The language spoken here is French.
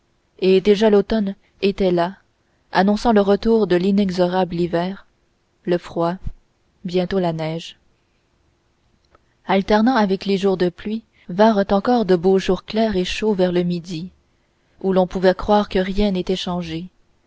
et déjà l'automne était là annonçant le retour de l'inexorable hiver le froid bientôt la neige alternant avec les jours de pluie vinrent encore de beaux jours clairs et chauds vers le midi où l'on pouvait croire que rien n'était changé